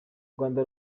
rwanda